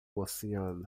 oceano